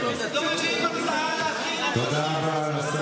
תודה רבה.